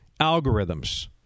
algorithms